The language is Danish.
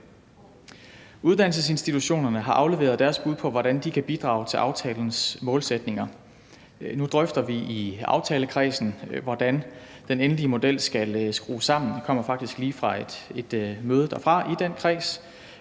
Uddannelsesinstitutionerne har afleveret deres bud på, hvordan de kan bidrage til aftalens målsætninger. Nu drøfter vi i aftalekredsen, hvordan den endelige model skal skrues sammen – jeg kommer faktisk lige fra et møde i den kreds